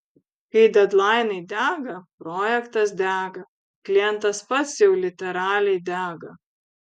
kai dedlainai dega projektas dega klientas pats jau literaliai dega